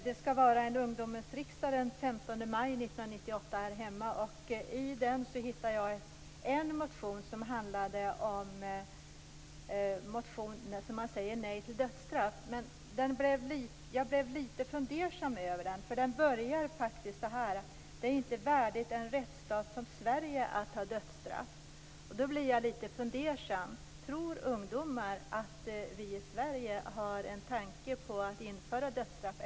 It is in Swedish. Det skall vara en ungdomens riksdag den 15 maj 1998 här hemma, och jag har hittat en motion till den där man säger nej till dödsstraff. Jag blev dock litet fundersam över den, för den börjar så här: Det är inte värdigt en rättsstat som Sverige att ha dödsstraff. Då blev jag litet fundersam. Tror ungdomar att vi i Sverige har tankar på att införa dödsstraff?